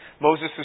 Moses